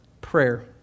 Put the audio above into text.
Prayer